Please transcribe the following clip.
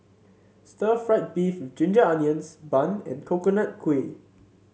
Stir Fried Beef with Ginger Onions bun and Coconut Kuih